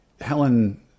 Helen